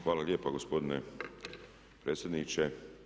Hvala lijepo gospodine predsjedniče.